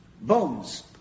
bones